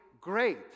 great